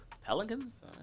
Pelicans